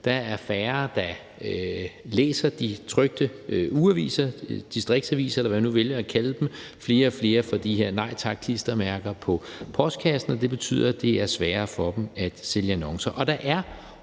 Der er færre, der læser de trykte ugeaviser eller distriktsaviserne, eller hvad vi nu vælger at kalde dem, flere og flere får de her nej tak-klistermærker på postkassen, og det betyder, at det er sværere at sælge annoncer,